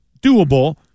doable